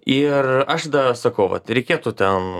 ir aš sakau vat reikėtų ten